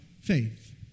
faith